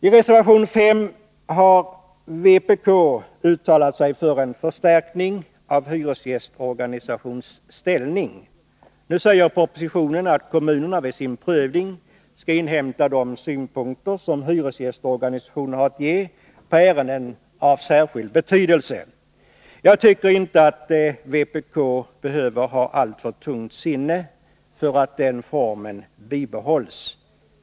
I reservation 5 har vpk uttalat sig för en förstärkning av hyresgästorganisations ställning. Nu säger propositionen att kommunerna vid sin prövning skall inhämta de synpunkter som hyresgästorganisationen har att anföra på ärenden av särskild betydelse. Jag tycker inte att vpk behöver ha alltför tungt sinne för att den formen bibehålls.